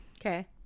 Okay